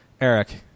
eric